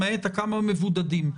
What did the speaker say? למעט כמה מבודדים,